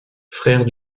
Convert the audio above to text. frère